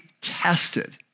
tested